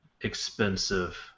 expensive